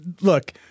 look